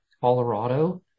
Colorado